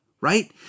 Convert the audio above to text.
right